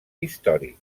històric